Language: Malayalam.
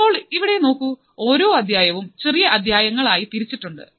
ഇപ്പോൾ ഇവിടെ നോക്കൂ ഞാൻ ഓരോ അധ്യായവും ചെറിയ അധ്യായങ്ങൾ ആയി തിരിച്ചിട്ടുണ്ട്